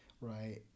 right